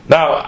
Now